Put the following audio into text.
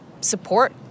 support